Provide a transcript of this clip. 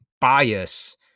bias